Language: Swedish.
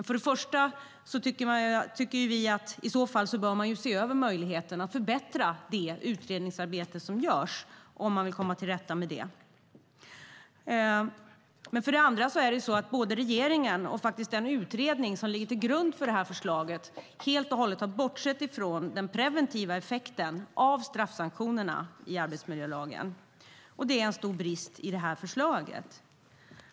För det första tycker vi att man bör se över möjligheten att förbättra det utredningsarbete som görs om man vill komma till rätta med det. För det andra har regeringen och den utredning som ligger till grund för förslaget helt och hållet bortsett från den preventiva effekten av straffsanktionerna i arbetsmiljölagen. Det är en stor brist i förslaget.